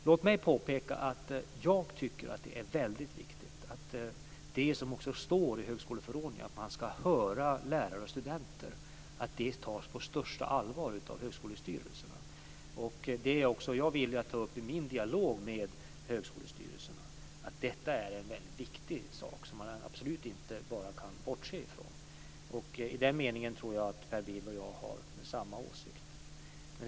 Låt mig påpeka att jag tycker att det är väldigt viktigt att, som det framgår av högskoleförordningen, höra att lärare och studenter ska tas på största allvar av högskolestyrelserna. Jag är villig att ta upp att detta är viktigt och inte kan bortses ifrån i min dialog med högskolestyrelserna. I den meningen tror jag att Per Bill och jag har samma åsikt.